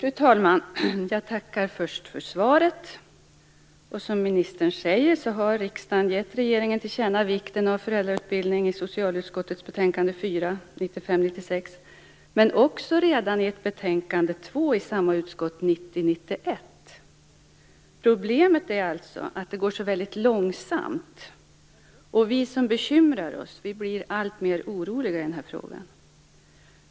Fru talman! Jag tackar först för svaret. Som ministern säger har riksdagen i socialutskottets betänkande nr 4 1995 91 från samma utskott. Problemet är alltså att det går väldigt långsamt. Vi som bekymrar oss blir alltmer oroliga i den här frågan.